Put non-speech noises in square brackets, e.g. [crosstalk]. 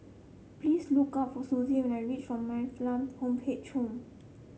please look up for Suzy when I reach for Man Fatt Lam Home [unintelligible] [unintelligible]